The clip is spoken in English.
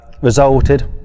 resulted